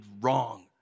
wrong